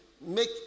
make